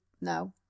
No